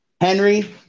Henry